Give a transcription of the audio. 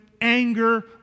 anger